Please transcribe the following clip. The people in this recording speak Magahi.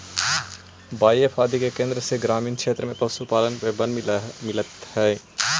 बाएफ आदि के केन्द्र से ग्रामीण क्षेत्र में पशुपालन के बल मिलित हइ